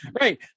Right